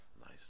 nice